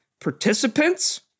participants